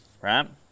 Right